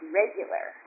regular